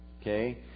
Okay